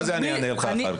מה זה "אני אענה לך אחר כך"?